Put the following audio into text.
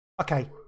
Okay